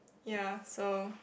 ya so